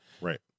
Right